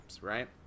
right